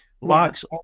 Locks